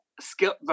skill